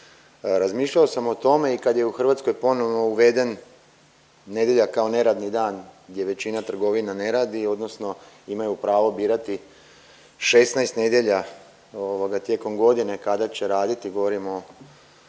Razmišljao sam o tome i kad je u Hrvatskoj ponovno uveden nedjelja kao neradni dan gdje većina trgovina ne radi odnosno imaju pravo birati 16 nedjelja ovoga tijekom godine kada će raditi, govorim o